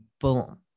Boom